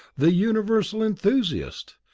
the universal enthusiast!